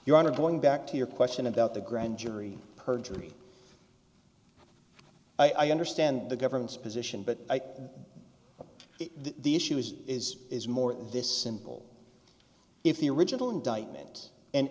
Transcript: your honor going back to your question about the grand jury perjury i understand the government's position but the issue is is is more than this simple if the original indictment and